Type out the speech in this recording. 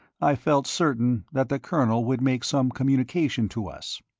i felt certain that the colonel would make some communication to us.